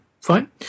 fine